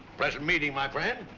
pleasant meeting, my friend.